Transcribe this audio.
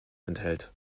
enthält